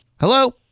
Hello